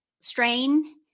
strain